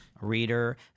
Reader